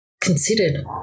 considered